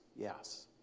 yes